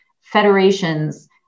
federations